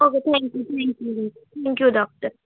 okay thank you thank you thank you doctor